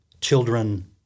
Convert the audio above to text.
children